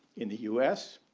in the us,